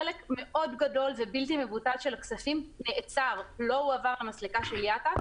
חלק מאוד גדול ובלתי-מבוטל של הכספים לא הועבר למסלקה של IATA,